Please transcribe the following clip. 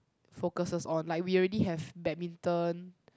focuses on like we already have badminton